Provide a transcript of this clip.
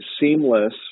seamless